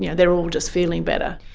yeah they're all just feeling better.